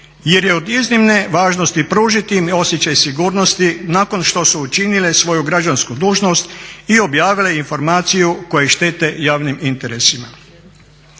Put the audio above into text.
jer je od iznimne važnosti pružiti im osjećaj sigurnosti nakon što su učinile svoju građansku dužnost i objavile informaciju koje ih štite javnim interesima.